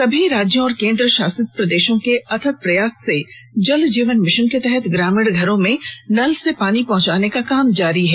सभी राज्यों और केंद्रशासित प्रदेशों के अथक प्रयास से जल जीवन मिशन के तहत ग्रामीण घरों में नल से पानी पहंचाने का काम जारी है